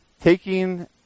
taking